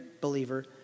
believer